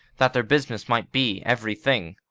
that their business might be every thing,